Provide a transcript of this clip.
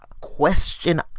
question